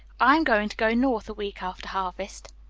i am going to go north a week after harvest.